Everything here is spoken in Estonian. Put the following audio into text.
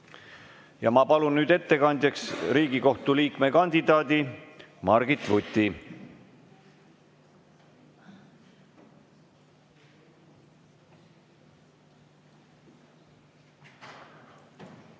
Ma palun nüüd ettekandjaks Riigikohtu liikme kandidaadi Margit Vuti.